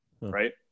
right